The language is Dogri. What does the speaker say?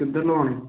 कुद्धर लोआनी